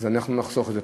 אז אנחנו נחסוך את זה.